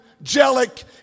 angelic